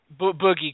Boogie